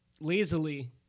lazily